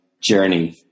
journey